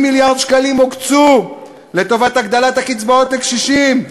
מיליארד שקלים הוקצו לטובת הגדלת הקצבאות לקשישים.